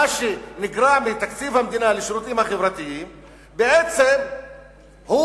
מה שנגרע מתקציב המדינה לשירותים החברתיים בעצם הוא